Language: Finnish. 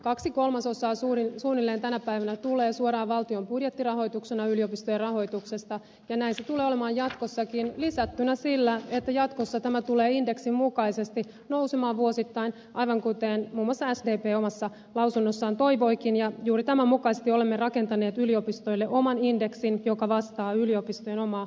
kaksi kolmasosaa suunnilleen tänä päivänä tulee suoraan valtion budjettirahoituksena yliopistojen rahoituksesta ja näin se tulee olemaan jatkossakin lisättynä sillä että jatkossa tämä tulee indeksin mukaisesti nousemaan vuosittain aivan kuten muun muassa sdp omassa lausunnossaan toivoikin ja juuri tämän mukaisesti olemme rakentaneet yliopistoille oman indeksin joka vastaa yliopistojen omaa kustannusjakoa